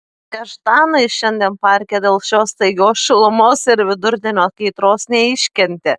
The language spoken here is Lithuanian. kaštanai šiandien parke dėl šios staigios šilumos ir vidurdienio kaitros neiškentė